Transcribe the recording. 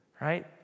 right